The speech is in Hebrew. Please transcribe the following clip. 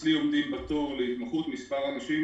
אצלי עומדים בתור להתמחות מספר רופאים,